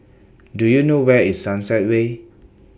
Do YOU know Where IS Sunset Way